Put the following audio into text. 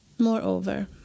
Moreover